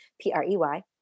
p-r-e-y